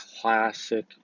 classic